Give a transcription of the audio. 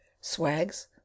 swags